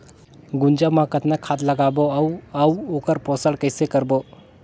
गुनजा मा कतना खाद लगाबो अउ आऊ ओकर पोषण कइसे करबो?